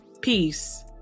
Peace